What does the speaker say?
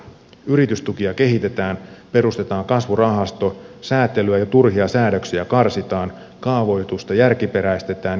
yritystukia kehitetään perustetaan kasvurahasto säätelyä ja turhia säädöksiä karsitaan kaavoitusta järkiperäistetään ja niin edelleen